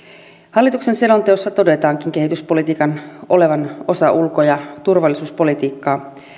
hallituksen selonteossa todetaankin kehityspolitiikan olevan osa ulko ja turvallisuuspolitiikkaa